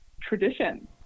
tradition